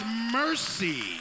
mercy